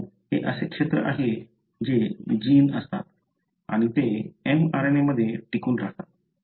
कारण हे असे क्षेत्र आहेत जे जीन असतात आणि ते mRNA मध्ये टिकून राहतात